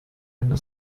eine